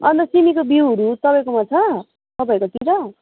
अन्त सिमीको बिउहरू तपाईँकोमा छ तपाईँहरूकोतिर